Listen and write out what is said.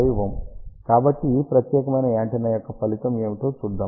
కాబట్టి ఈ ప్రత్యేకమైన యాంటెన్నా యొక్క ఫలితం ఏమిటో చూద్దాం